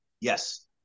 Yes